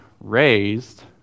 raised